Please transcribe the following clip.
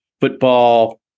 Football